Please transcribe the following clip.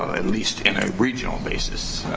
ah at least in a regional basis,